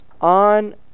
On